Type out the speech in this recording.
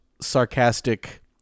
sarcastic